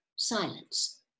silence